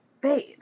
babe